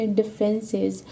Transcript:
differences